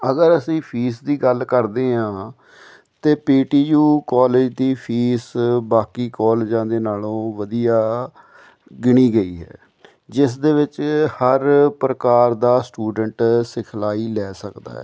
ਅਗਰ ਅਸੀਂ ਫੀਸ ਦੀ ਗੱਲ ਕਰਦੇ ਹਾਂ ਤਾਂ ਪੀਟੀਯੂ ਕਾਲਜ ਦੀ ਫੀਸ ਬਾਕੀ ਕਾਲਜਾਂ ਦੇ ਨਾਲੋਂ ਵਧੀਆ ਗਿਣੀ ਗਈ ਹੈ ਜਿਸ ਦੇ ਵਿੱਚ ਹਰ ਪ੍ਰਕਾਰ ਦਾ ਸਟੂਡੈਂਟ ਸਿਖਲਾਈ ਲੈ ਸਕਦਾ ਹੈ